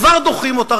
כבר דוחים אותה?